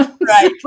Right